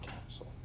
Council